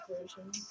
version